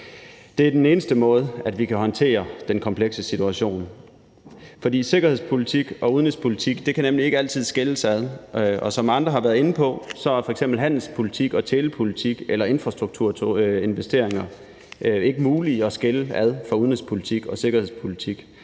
Det er den eneste måde, vi kan håndtere den komplekse situation på, for sikkerhedspolitik og udenrigspolitik kan nemlig ikke altid skilles ad. Som andre har været inde på, er det ikke muligt at skille f.eks. handelspolitik, telepolitik og infrastrukturinvesteringer ad fra udenrigspolitik og sikkerhedspolitik.